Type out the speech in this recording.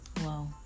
wow